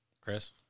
Chris